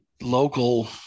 local